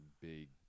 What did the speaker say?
big